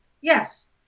Yes